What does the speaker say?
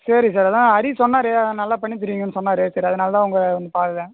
சரி சார் அதான் ஹரி சொன்னாரு நல்லா பண்ணி தருவீங்கன்னு சொன்னாரு சரி அதனால் தான் உங்களை வந்து பார்க்குறேன்